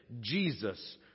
Jesus